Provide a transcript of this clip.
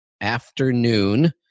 afternoon